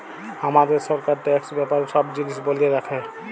হামাদের সরকার ট্যাক্স ব্যাপারে সব জিলিস ব্যলে রাখে